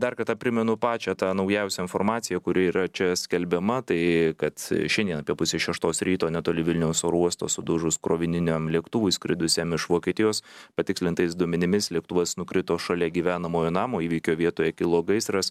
dar kartą primenu pačią tą naujausią informaciją kuri yra čia skelbiama tai kad šiandien apie pusę šeštos ryto netoli vilniaus oro uosto sudužus krovininiam lėktuvui skridusiam iš vokietijos patikslintais duomenimis lėktuvas nukrito šalia gyvenamojo namo įvykio vietoje kilo gaisras